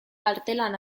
artelan